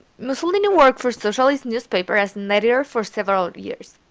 mussolini worked for socialists newspapers as an editor for several years.